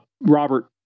Robert